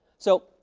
so,